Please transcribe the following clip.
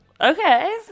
Okay